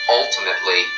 ultimately